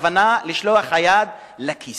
הכוונה לשלוח את היד לכיס.